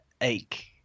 ache